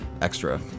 extra